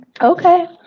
Okay